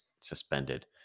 suspended